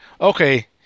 okay